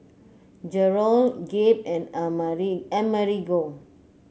Jerrold Gabe and Amerigo